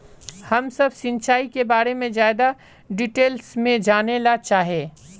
हम सब सिंचाई के बारे में ज्यादा डिटेल्स में जाने ला चाहे?